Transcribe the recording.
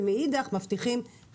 לגבי הוספה של מכסות למגדלים קיימים,